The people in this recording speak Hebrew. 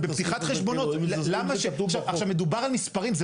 בפתיחת חשבונות --- למה הבאתם את הסעיף הזה,